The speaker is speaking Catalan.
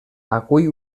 acull